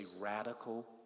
radical